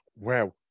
Wow